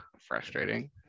frustrating